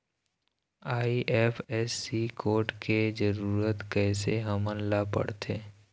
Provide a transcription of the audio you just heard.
IFSC code के जरूरत कैसे हमन ला पड़थे?